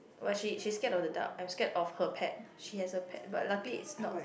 but she she scared of the dark I scared of her pet she has a pet but luckily it's not